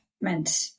Meant